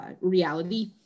reality